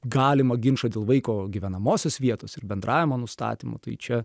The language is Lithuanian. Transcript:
galimą ginčą dėl vaiko gyvenamosios vietos ir bendravimo nustatymo tai čia